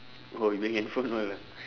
oh you bring handphone all ah